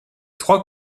trois